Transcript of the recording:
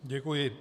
Děkuji.